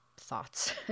thoughts